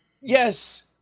yes